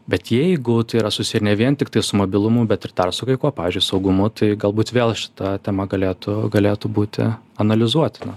bet jeigu tai yra susiję ne vien tiktai su mobilumu bet ir dar su kai kuo pavyzdžiui saugumu tai galbūt vėl šita tema galėtų galėtų būti analizuotina